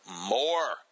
more